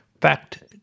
fact